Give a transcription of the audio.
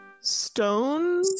Stone